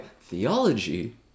theology